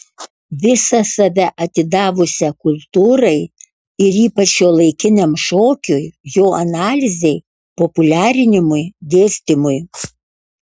visą save atidavusią kultūrai ir ypač šiuolaikiniam šokiui jo analizei populiarinimui dėstymui